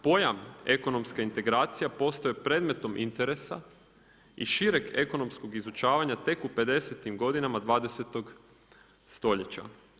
Pojam ekonomska integracija postoji predmetom interesa, i šireg ekonomskog izučavanja tek u pedesetim godina 20. stoljeća.